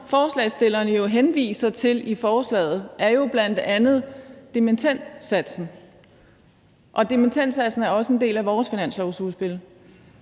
forslagsstillerne henviser til i forslaget, er bl.a. dimittendsatsen, og dimittendsatsen er også en del af vores finanslovsudspil.